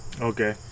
okay